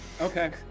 Okay